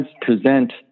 present